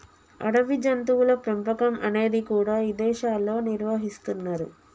అడవి జంతువుల పెంపకం అనేది కూడా ఇదేశాల్లో నిర్వహిస్తున్నరు